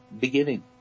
beginning